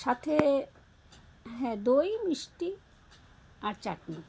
সাথে হ্যাঁ দই মিষ্টি আর চাটনি